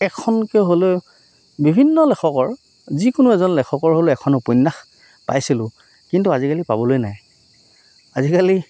এখনকৈ হ'লেও বিভিন্ন লেখকৰ যিকোনো এজন লেখকৰ হ'লেও এখন উপন্যাস পাইছিলোঁ কিন্তু আজিকালি পাবলৈ নাই আজিকালি